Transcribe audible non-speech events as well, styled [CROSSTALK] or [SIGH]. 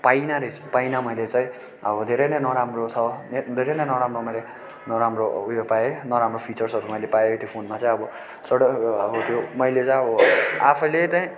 पाइनँ रहेछु पाइनँ मैले चाहिँ अब धेरै नै नराम्रो छ धेरै नराम्रो मैले नराम्रो उयो पाएँ नराम्रो फिचर्सहरू मैले पाए त्यो फोनमा चाहिँ अब [UNINTELLIGIBLE] मैले चाहिँ अब आफैले चाहिँ